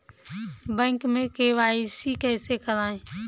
Bank में KYC कैसे करायें?